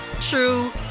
true